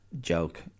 joke